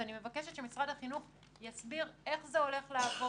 אני מבקשת שמשרד החינוך יסביר איך זה הולך לעבוד,